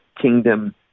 kingdom